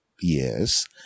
yes